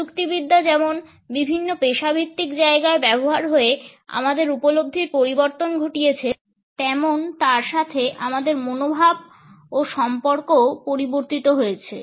প্রযুক্তিবিদ্যা যেমন বিভিন্ন পেশাভিত্তিক জায়গায় ব্যবহার হয়ে আমাদের উপলব্ধির পরিবর্তন ঘটিয়েছে তেমন তার সাথে আমাদের মনোভাব ও সম্পর্কও পরিবর্তিত হয়েছে